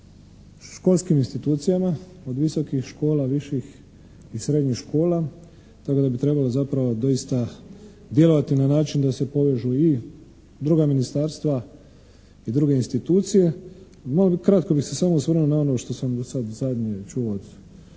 školskim institucijama, od visokih škola, viših i srednjih škola tako da bi trebalo zapravo doista djelovati na način da se povežu i druga ministarstva i druge institucije. Kratko bih se samo osvrnuo na ono što sam sad zadnje čuo od